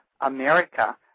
America